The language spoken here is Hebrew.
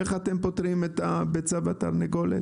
איך אתם פותרים את הביצה והתרנגולת?